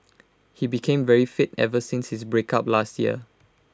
he became very fit ever since his breakup last year